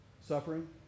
suffering